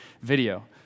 video